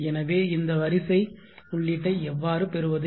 எனவே இந்த வரிசை உள்ளீட்டை எவ்வாறு பெறுவது